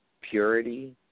purity